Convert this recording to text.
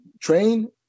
train